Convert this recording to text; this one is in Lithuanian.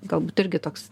galbūt irgi toks